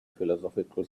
philosophical